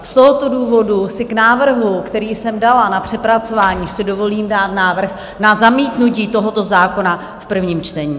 Z tohoto důvodu si k návrhu, který jsem dala na přepracování, dovolím dát návrh na zamítnutí tohoto zákona v prvním čtení.